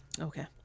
Okay